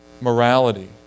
Morality